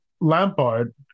Lampard